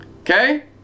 Okay